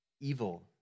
evil